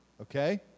okay